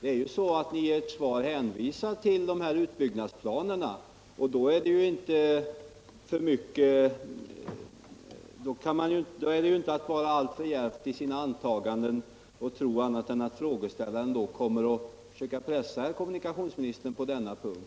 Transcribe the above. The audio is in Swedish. I ert svar hänvisar ni ju till utbyggnadsplanerna på ett driftradionät. och frågeställaren är väl då inte alltför djärv i sina antaganden om han tror att kommunikationsministern skall vara medveten om att frågeställaren kommer att pressa honom på denna punkt.